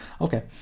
Okay